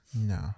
No